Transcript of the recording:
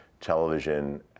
television